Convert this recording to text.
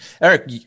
eric